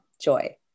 joy